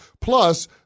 Plus